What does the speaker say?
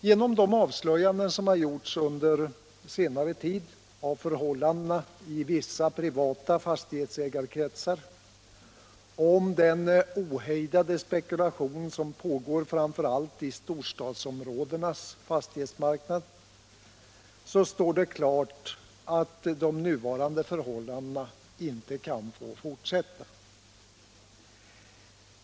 Genom de avslöjanden som gjorts under senare tid om förhållandena i vissa privata fastighetsägarkretsar och om den ohejdade spekulation som pågår framför allt inom storstadsområdenas fastighetsmarknad står det klart att de nuvarande förhållandena inte kan få fortsätta.